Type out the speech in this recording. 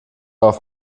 auf